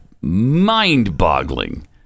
mind-boggling